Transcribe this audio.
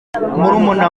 murumuna